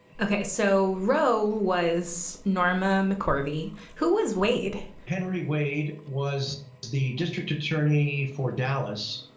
okay, so roe was norma mccorvey, who was wade? henry wade was the district attorney for dallas,